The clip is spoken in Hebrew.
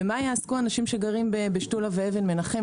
במה יעסקו אנשים שגרים בשתולה ובאבן מנחם.